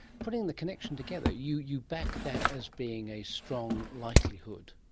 putting the connection together, you you back that as being a strong likelihood.